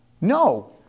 No